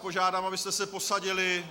Požádám vás, abyste se posadili.